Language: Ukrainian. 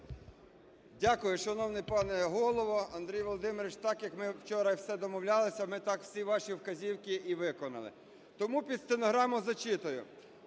Дякую. Шановний пане Голово, Андрій Володимирович, так як ми вчора все домовлялися, ми так всі ваші вказівки і виконали. Тому під стенограму зачитую.